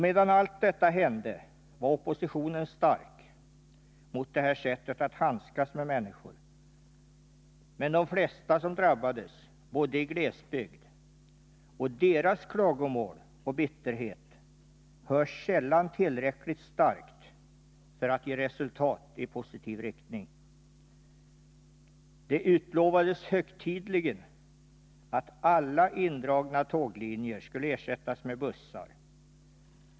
Medan allt detta hände var oppositionen stark mot detta sätt att handskas med människor. Men de flesta som drabbades bodde i glesbygd, och deras bittra klagomål hörs sällan tillräckligt starkt för att ge resultat i positiv riktning. Det utlovades högtidligt att alla indragna tåglinjer skulle ersättas med bussar.